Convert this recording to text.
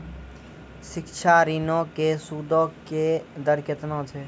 शिक्षा ऋणो के सूदो के दर केतना छै?